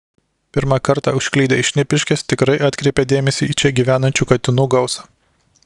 pirmą kartą užklydę į šnipiškes tikrai atkreipia dėmesį į čia gyvenančių katinų gausą